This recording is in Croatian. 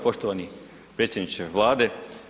Poštovani predsjedniče Vlade.